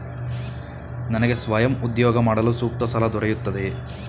ನನಗೆ ಸ್ವಯಂ ಉದ್ಯೋಗ ಮಾಡಲು ಸೂಕ್ತ ಸಾಲ ದೊರೆಯುತ್ತದೆಯೇ?